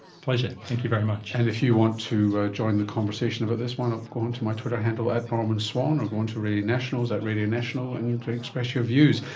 pleasure, thank you very much. and if you want to join the conversation about this one, ah go on to my twitter handle at normanswan, or go on to radio national's at radionational and express your views.